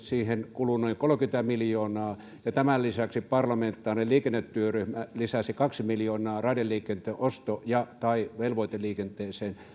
kuluu noin kolmekymmentä miljoonaa ja tämän lisäksi parlamentaarinen liikennetyöryhmä lisäsi kaksi miljoonaa raideliikenteen osto ja tai velvoiteliikenteeseen